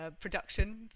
production